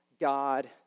God